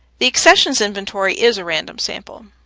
the accessions inventory is a random sample.